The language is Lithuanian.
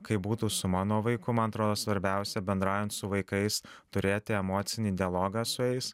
kaip būtų su mano vaiku man atrodo svarbiausia bendraujant su vaikais turėti emocinį dialogą su jais